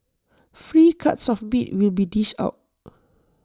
free cuts of meat will be dished out